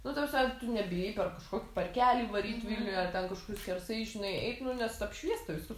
nu ta prasme nebijai per kažkokį parkelį varyti vilniuj ar ten kažkur skersai žinai eit nu nes apšviesta visur